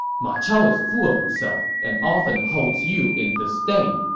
ma chao is full of himself and often holds you in disdain,